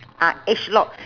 ah age lock